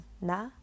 na